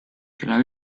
kella